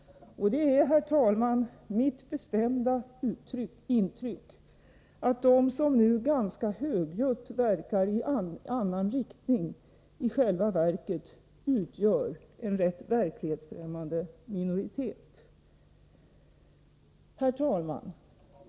Det är, herr talman, mitt bestämda intryck, att de som ganska högljutt verkar i annan riktning i själva verket utgör en rätt verklighetsfrämmande minoritet. Herr talman!